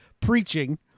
preaching